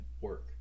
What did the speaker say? work